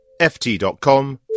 ft.com